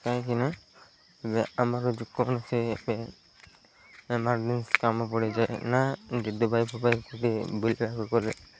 କାହିଁକିନା ଏ ଆମର ଯେକୌଣସି ଏବେ ଏମାର୍ଜେନ୍ସି କାମ ପଡ଼ିଯାଏ ନା ଦୁବାଇ ଫୁବାଇକୁ ବି ବୁଲିବାକୁ ଗଲେ